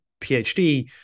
PhD